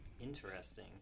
Interesting